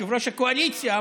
יושב-ראש הקואליציה.